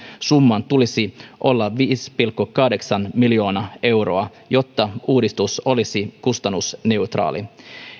summan tulisi olla viisi pilkku kahdeksan miljoonaa euroa jotta uudistus olisi kustannusneutraali